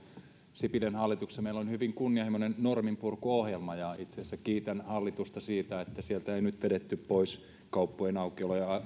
sipilän hallituksessa meillä oli hyvin kunnianhimoinen norminpurkuohjelma itse asiassa kiitän hallitusta siitä että sieltä ei nyt vedetty pois kauppojen aukiolojen